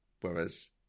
Whereas